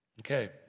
Okay